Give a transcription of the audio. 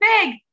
big